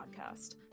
podcast